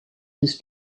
his